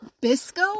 Bisco